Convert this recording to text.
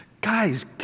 Guys